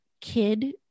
kid